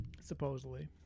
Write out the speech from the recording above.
Supposedly